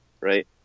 right